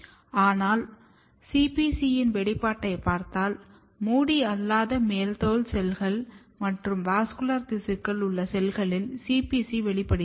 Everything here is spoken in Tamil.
ஆனால் CPC யின் வெளிப்பாட்டைப் பார்த்தால் முடி அல்லாத மேல்தோல் செல்கள் மற்றும் வாஸ்குலர் திசுக்களில் உள்ள செல்களில் CPC வெளிப்படுகிறது